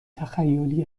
تخیلی